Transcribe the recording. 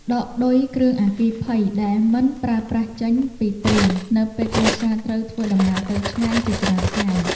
ដកឌុយគ្រឿងអគ្គិភ័យដែលមិនប្រើប្រាស់ចេញពីព្រីនៅពេលគ្រួសារត្រូវធ្វើដំណើរទៅឆ្ងាយជាច្រើនថ្ងៃ។